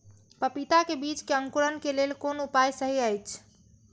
पपीता के बीज के अंकुरन क लेल कोन उपाय सहि अछि?